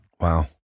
Wow